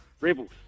Rebels